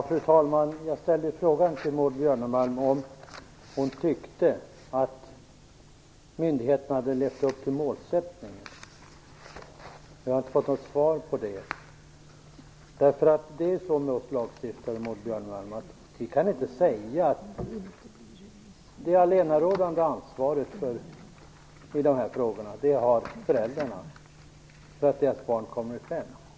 Fru talman! Jag frågade Maud Björnemalm om hon tyckte att myndigheterna hade levt upp till målsättningen. Jag har inte fått något svar på den frågan. Vi lagstiftare, Maud Björnemalm, kan inte säga att det allenarådande ansvaret för att deras barn kommer i kläm är föräldrarnas.